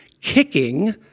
kicking